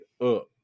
up